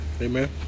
Amen